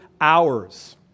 hours